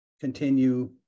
continue